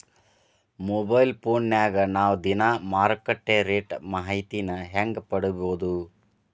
Mobile ಫೋನ್ಯಾಗ ನಾವ್ ದಿನಾ ಮಾರುಕಟ್ಟೆ ರೇಟ್ ಮಾಹಿತಿನ ಹೆಂಗ್ ಪಡಿಬೋದು?